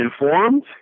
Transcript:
informed